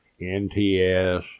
NTS